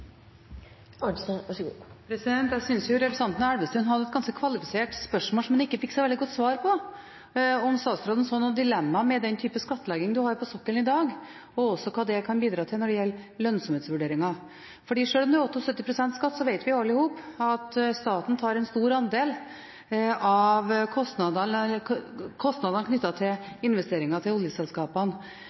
ganske kvalifisert spørsmål, som han ikke fikk et veldig godt svar på. Det handlet om hvorvidt statsråden ser noen dilemmaer med den typen skattlegging som en har på sokkelen i dag, og hva det kan bidra til når det gjelder lønnsomhetsvurderinger. For selv om det er 78 pst. skatt, vet vi jo alle at staten tar en stor andel av kostnadene knyttet til investeringene til oljeselskapene gjennom avskrivingsmulighetene. Jeg vil gjerne utfordre statsråden én gang til